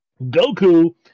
Goku